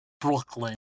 Brooklyn